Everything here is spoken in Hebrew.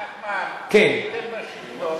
נחמן, כשהייתם בשלטון,